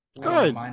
good